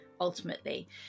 Ultimately